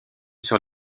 sur